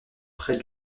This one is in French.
près